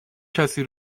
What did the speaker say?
کسی